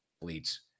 Bleeds